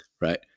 Right